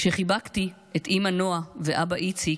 כשחיבקתי את אימא נועה ואבא איציק,